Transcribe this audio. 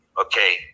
Okay